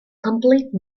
complete